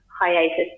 hiatus